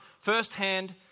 first-hand